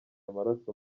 amaraso